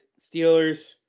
Steelers